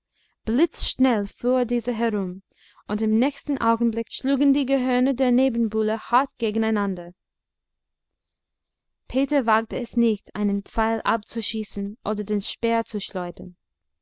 blitzschnell fuhr dieser herum und im nächsten augenblick schlugen die gehörne der nebenbuhler hart gegeneinander peter wagte es nicht einen pfeil abzuschießen oder den speer zu schleudern